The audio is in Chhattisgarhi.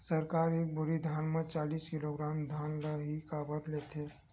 सरकार एक बोरी धान म चालीस किलोग्राम धान ल ही काबर लेथे?